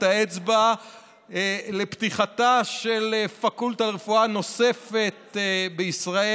האצבע לפתיחתה של פקולטה לרפואה נוספת בישראל.